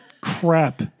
crap